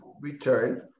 return